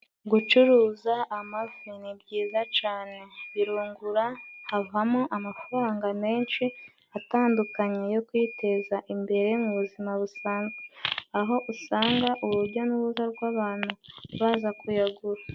Gucuruza amafi nibyiza cane birungura havamo amafaranga menshi, atandukanye yo kwiteza imbere mu buzima busanzwe aho usanga urujya n'uruza rw'abantu baza kuyagura.